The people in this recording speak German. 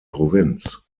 provinz